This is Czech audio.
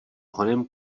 honem